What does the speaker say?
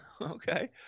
Okay